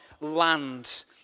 land